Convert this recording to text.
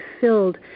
filled